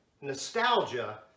nostalgia